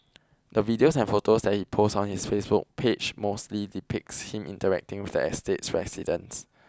the videos and photos that he posts on his Facebook page mostly depicts him interacting with the estate's residents